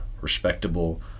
respectable